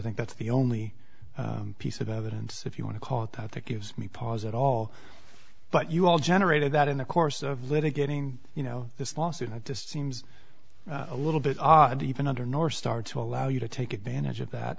think that's the only piece of evidence if you want to call it that that gives me pause at all but you all generated that in the course of litigating you know this lawsuit just seems a little bit odd even under nor start to allow you to take advantage of that